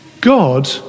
God